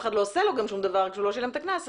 אחד לא עושה לו שום דבר כשהוא לא משלם את הקנס,